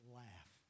laugh